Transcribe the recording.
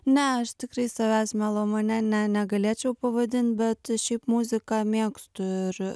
ne aš tikrai savęs melomane ne negalėčiau pavadint bet šiaip muziką mėgstu ir